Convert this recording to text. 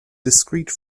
discrete